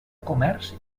comerç